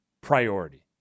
priority